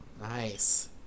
nice